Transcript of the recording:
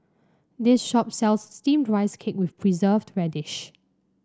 this shop sells steamed Rice Cake with Preserved Radish